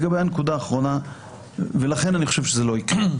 לכן אני חושב שזה לא יקרה.